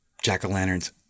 jack-o'-lanterns